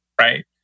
right